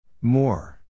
more